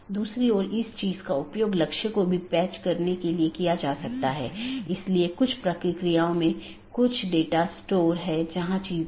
जैसे मैं कहता हूं कि मुझे वीडियो स्ट्रीमिंग का ट्रैफ़िक मिलता है या किसी विशेष प्रकार का ट्रैफ़िक मिलता है तो इसे किसी विशेष पथ के माध्यम से कॉन्फ़िगर या चैनल किया जाना चाहिए